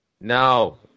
no